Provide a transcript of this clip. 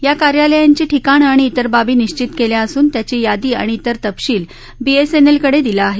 या कार्यालयांची ठिकाणं आणि इतर बाबी निश्चित केल्या असून त्याची यादी आणि इतर तपशील बीएसएनएलकडे दिला आहे